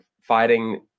fighting